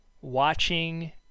watching